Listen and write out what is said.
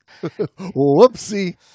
Whoopsie